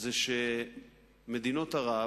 זה שמדינות ערב